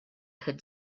had